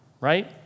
right